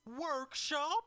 Workshop